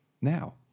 now